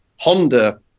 Honda